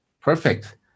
Perfect